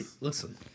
Listen